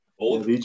old